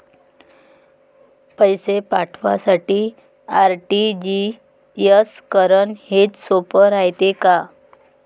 पैसे पाठवासाठी आर.टी.जी.एस करन हेच सोप रायते का?